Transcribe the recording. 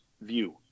view